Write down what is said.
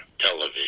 television